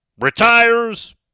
retires